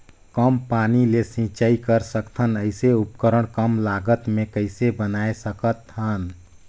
कम पानी ले सिंचाई कर सकथन अइसने उपकरण कम लागत मे कइसे बनाय सकत हन?